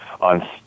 on